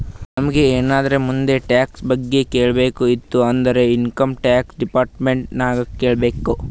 ನಮುಗ್ ಎನಾರೇ ನಮ್ದು ಟ್ಯಾಕ್ಸ್ ಬಗ್ಗೆ ಕೇಳದ್ ಇತ್ತು ಅಂದುರ್ ಇನ್ಕಮ್ ಟ್ಯಾಕ್ಸ್ ಡಿಪಾರ್ಟ್ಮೆಂಟ್ ನಾಗೆ ಕೇಳ್ಬೇಕ್